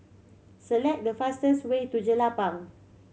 select the fastest way to Jelapang